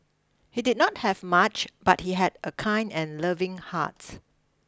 he did not have much but he had a kind and loving heart